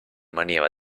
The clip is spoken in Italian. maniera